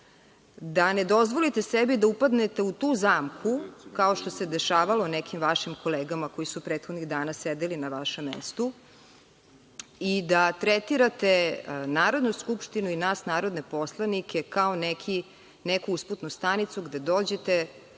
da ne dozvolite sebi da upadnete u tu zamku, kao što se dešavalo nekim vašim kolegama koji su prethodnih dana sedeli na vašem mestu, i da tretirate Narodnu skupštinu i nas narodne poslanike kao neku usputnu stanicu gde dođete,